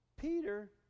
Peter